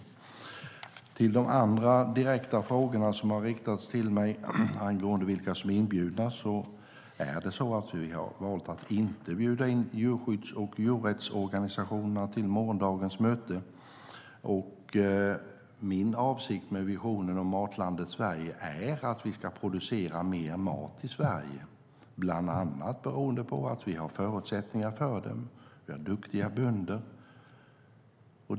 När det gäller de andra direkta frågorna som har riktats till mig angående vilka som är inbjudna har vi valt att inte bjuda in djurskydds och djurrättsorganisationerna till morgondagens möte. Min avsikt med visionen om Matlandet Sverige är att vi ska producera mer mat i Sverige, bland annat beroende på att vi har förutsättningar för det - vi har duktiga bönder.